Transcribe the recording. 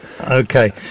Okay